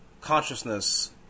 consciousness